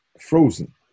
frozen